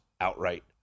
outright